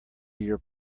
your